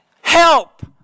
help